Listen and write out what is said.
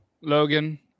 Logan